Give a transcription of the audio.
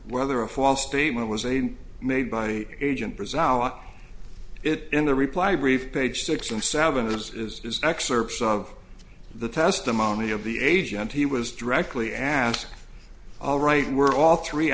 whether a false statement was a made by the agent present it in the reply brief page six and seven this is excerpts of the testimony of the agent he was directly asked all right and we're all three